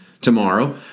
tomorrow